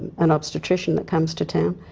an obstetrician that comes to town.